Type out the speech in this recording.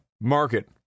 market